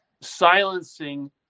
silencing